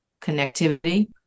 connectivity